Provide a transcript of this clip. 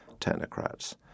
technocrats